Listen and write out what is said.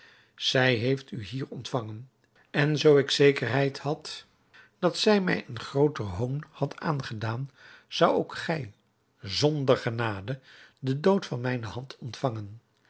zij heeft u hier ontvangen en zoo ik zekerheid had dat zij mij een grooter hoon had aangedaan zoudt ook gij zonder genade den dood van mijne hand ontvangen